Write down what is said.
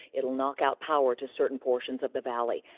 it will knock out power to certain portions of the valley.